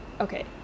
okay